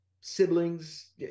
siblings